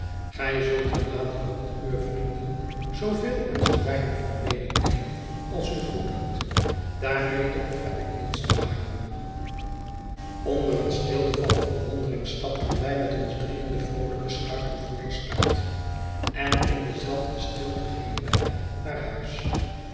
gij zult er naderhand uwe vrienden zooveel en zoo weinig van mededeelen als u goeddunkt daarmede heb ik niets te maken onder eene stilte van verwondering stapten wij met ons drieen de vroolijke schuitenvoerders uit en in dezelfde stilte gingen wij naar huis